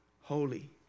holy